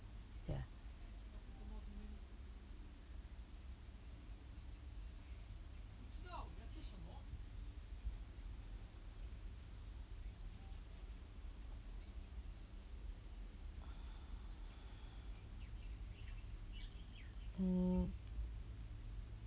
ya mm